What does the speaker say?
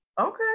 Okay